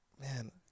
man